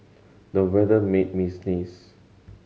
the weather made me sneeze